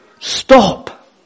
Stop